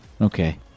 Okay